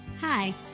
Hi